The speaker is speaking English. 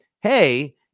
hey